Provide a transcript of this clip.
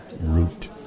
root